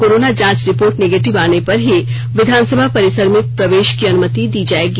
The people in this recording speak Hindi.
कोरोना जांच रिपोर्ट निगेटिव आने पर ही विधानसभा परिसर में प्रवेष की अनुमति दी जाएगी